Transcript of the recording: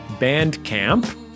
Bandcamp